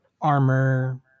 armor